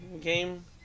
game